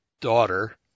daughter